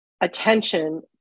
attention